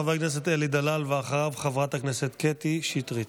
חבר הכנסת אלי דלל, ואחריו, חברת הכנסת קטי שטרית.